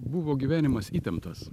buvo gyvenimas įtemptas